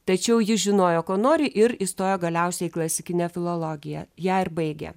tačiau jis žinojo ko nori ir įstojo galiausiai į klasikinę filologiją ją ir baigė